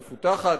מפותחת.